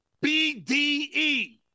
B-D-E